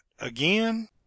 again